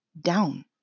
down